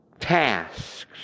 tasks